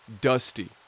DUSTY